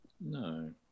No